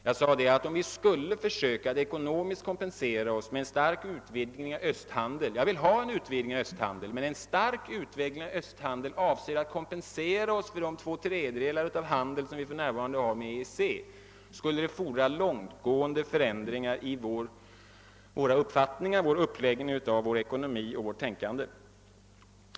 Jag sade att ett försök att ekonomiskt kompensera oss genom en stark utvidgning av östhandeln — jag vill ha en utvidgning av östhandeln, men här gällde det en stark utvidgning av östhandeln, avsedd att kompensera oss för de två tredjedelar av handeln som vi för närvarande har med EEC — skulle fordra långtgående förändringar av våra uppfattningar, av vårt tänkande och av uppläggningen av vår ekonomi.